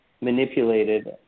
manipulated